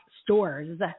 stores